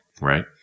Right